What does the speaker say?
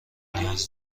نیاز